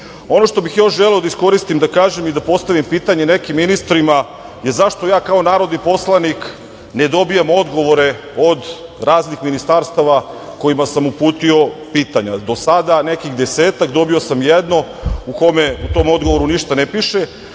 što bih još želeo da iskoristim da kažem i da postavim pitanje nekim ministrima je – zašto ja kao narodni poslanik ne dobijam odgovore od raznih ministarstava kojima sam uputio pitanja. Od do sada nekih desetak, dobio sam jedan odgovor, u kome ništa ne piše,